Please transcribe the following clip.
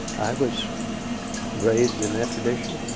i was raised in that tradition.